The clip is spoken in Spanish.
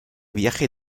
viaje